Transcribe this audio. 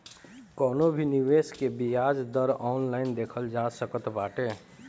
कवनो भी निवेश के बियाज दर ऑनलाइन देखल जा सकत बाटे